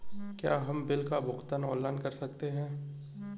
क्या हम बिल का भुगतान ऑनलाइन कर सकते हैं?